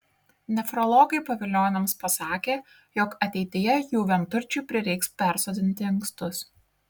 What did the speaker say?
nefrologai pavilioniams pasakė jog ateityje jų vienturčiui prireiks persodinti inkstus